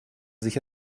sich